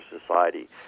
Society